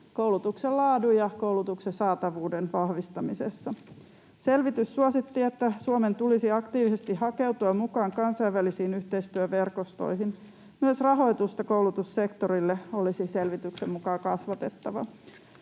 koulutuksen laadun ja koulutuksen saatavuuden vahvistamisessa. Selvitys suositti, että Suomen tulisi aktiivisesti hakeutua mukaan kansainvälisiin yhteistyöverkostoihin. Myös rahoitusta koulutussektorille olisi selvityksen mukaan kasvatettava.